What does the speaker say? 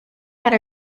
had